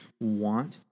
want